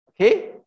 Okay